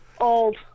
Old